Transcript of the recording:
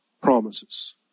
promises